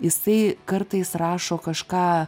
jisai kartais rašo kažką